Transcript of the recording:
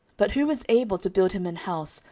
but who is able to build him an house,